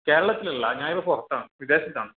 കേരളത്തിലല്ല ഞാൻ ഇപ്പോൾ പുറത്താണ് വിദേശത്താണ്